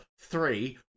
three